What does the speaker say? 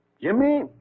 Jimmy